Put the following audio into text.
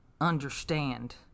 understand